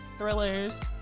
thrillers